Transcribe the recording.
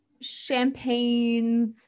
champagnes